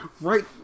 Right